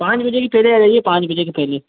पाँच बजे के पहले आ जाइए पाँच बजे के पहले